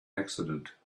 accident